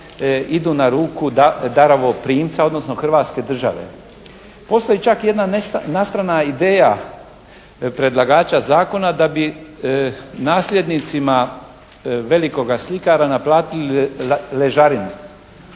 idu na ruku darovoprimca odnosno Hrvatske države. Postoji čak i jedna nastrana ideja predlagača zakona da bi nasljednicima velikoga slikara naplatili ležarinu.